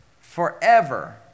forever